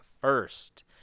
first